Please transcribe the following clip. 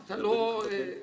אתה לא הקשבת.